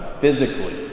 physically